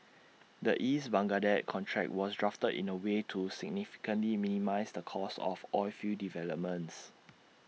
the east Baghdad contract was drafted in A way to significantly minimise the cost of oilfield developments